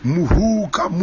Muhuka